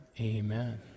Amen